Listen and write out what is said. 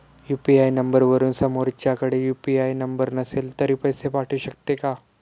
UPI नंबरवरून समोरच्याकडे UPI number नसेल तरी पैसे पाठवू शकते का?